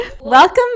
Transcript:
welcome